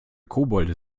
kobolde